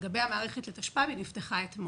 לגבי המערכת של התשפ"ב היא נפתחה אתמול.